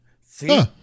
See